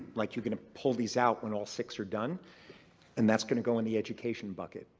like you're going to pull these out when all six are done and that's going to go in the education bucket,